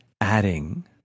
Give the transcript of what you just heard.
adding